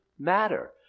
matter